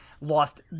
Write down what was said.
lost